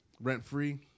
rent-free